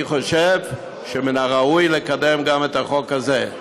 אני חושב שמן הראוי לקדם גם את החוק הזה.